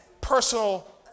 personal